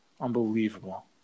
Unbelievable